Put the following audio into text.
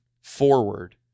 forward